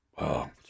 Wow